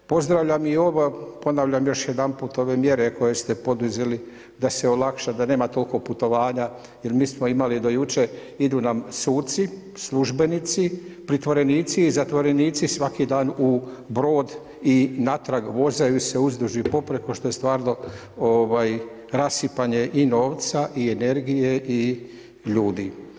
Pozdravljam i ovo, ponavljam još jedanput ove mjere koje ste poduzeli, da se olakša, da nema toliko putovanja jer mi smo imali do jučer, idu nam suci, službenici, pritvorenici i zatvorenici svaki dan u Brod i natrag vozaju se uzduž i poprijeko što je stvarno rasipanje i novca i energije i ljudi.